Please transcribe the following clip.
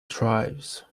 drives